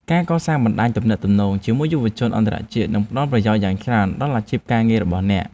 ការកសាងបណ្តាញទំនាក់ទំនងជាមួយយុវជនអន្តរជាតិនឹងផ្តល់ប្រយោជន៍យ៉ាងច្រើនដល់អាជីពការងាររបស់អ្នក។